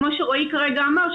כמו שרועי כרגע אמר,